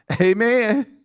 Amen